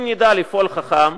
אם נדע לפעול חכם,